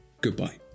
Goodbye